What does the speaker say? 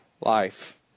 life